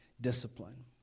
discipline